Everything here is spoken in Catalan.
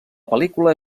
pel·lícula